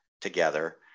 together